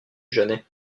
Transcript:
janet